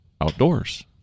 outdoors